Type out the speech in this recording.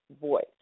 voice